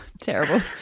Terrible